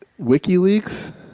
WikiLeaks